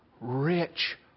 rich